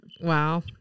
Wow